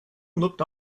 looked